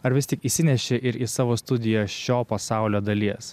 ar vis tik įsineši ir į savo studiją šio pasaulio dalies